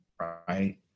Right